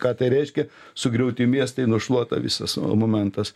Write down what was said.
ką tai reiškia sugriauti miestai nušluota visas o momentas